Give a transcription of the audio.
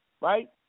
right